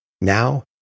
Now